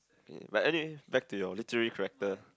but anyway back to your literary character